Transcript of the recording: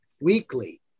weekly